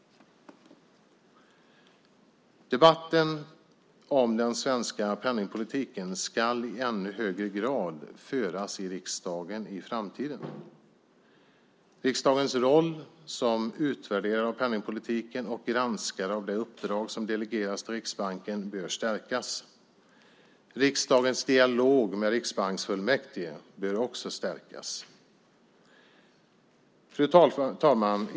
Debatten om den svenska penningpolitiken ska i ännu högre grad föras i riksdagen i framtiden. Riksdagens roll som utvärderare av penningpolitiken och granskare av det uppdrag som delegerats till Riksbanken bör stärkas. Riksdagens dialog med riksbanksfullmäktige bör också stärkas. Fru talman!